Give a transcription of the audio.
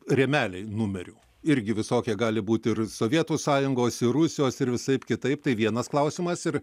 rėmeliai numerių irgi visokie gali būti ir sovietų sąjungos ir rusijos ir visaip kitaip tai vienas klausimas ir